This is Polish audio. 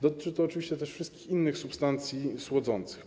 Dotyczy to oczywiście też wszystkich innych substancji słodzących.